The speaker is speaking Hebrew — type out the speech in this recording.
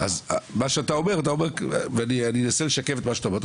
מה שאתה אומר ואני אנסה לשקף את מה שאתה אומר,